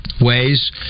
ways